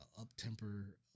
up-temper